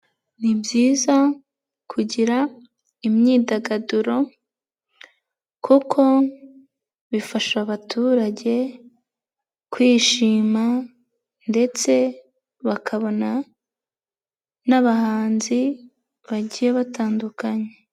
Ni byiza kugira imyidagaduro kuko bifasha abaturage kwishima ndetse bakabona n'abahanzi bagiye batandukanye.